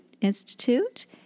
Institute